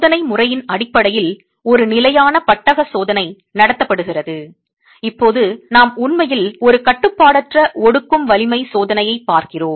சோதனை முறையின் அடிப்படையில் ஒரு நிலையான பட்டக சோதனை நடத்தப்படுகிறது இப்போது நாம் உண்மையில் ஒரு கட்டுப்பாடற்ற ஒடுக்கும் வலிமை சோதனையைப் பார்க்கிறோம்